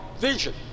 vision